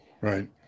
right